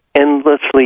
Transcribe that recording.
endlessly